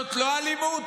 זאת לא אלימות?